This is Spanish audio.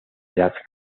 las